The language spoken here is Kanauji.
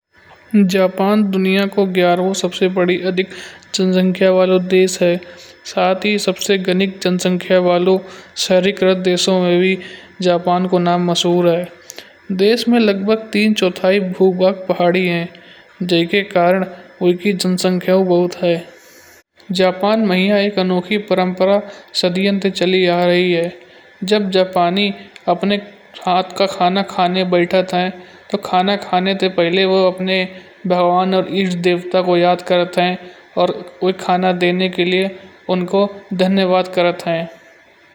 जापान दुनिया को ग्यारहवाँ सबसे बड़ी अधिक जनसंख्या वाला देश है। साथ ही सबसे गणित जनसंख्या वालों शहरीकृत देशों में भी जापान को नाम मशहूर है। देश में लगभग तीन चौथाई भूभाग पहाड़े हैं। जै के कारण उनकी जनसंख्या बहुत है। जापान में एक अनोखी परंपरा सदियों से चली आ रही है। जब जापानी अपने हाथ का खाना खाने बैठत है। तो खाना खाने से पहले वो अपने भगवान और ईष्ट देवता को याद करत है। और खाना देने के लिए उनको धन्यवाद करत है।